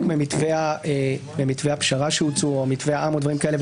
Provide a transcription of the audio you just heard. ממתווי הפשרה שהוצעו או מתווה העם או דברים כאלה,